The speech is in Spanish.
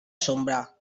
sombra